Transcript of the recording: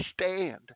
stand